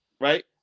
Right